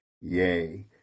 yea